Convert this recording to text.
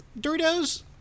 Doritos